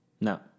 No